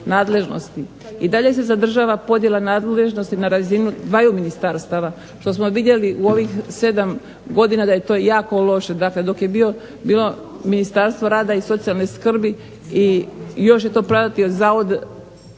I dalje se zadržava podjela nadležnosti na razini dvaju ministarstava što smo vidjeli u ovih 7 godina da je to jako loše. Dakle, dok je bilo Ministarstvo rada i socijalne skrbi i još je to pratio Zavod